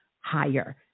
higher